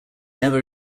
never